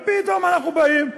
ופתאום אנחנו באים,